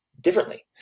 differently